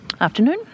Afternoon